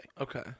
Okay